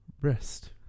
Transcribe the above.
Rest